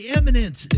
Eminence